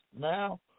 now